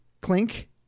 clink